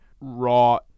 raw